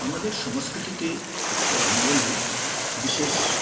আমাদের সংস্কৃতিতে রঙ্গোলি বিশেষ